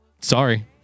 Sorry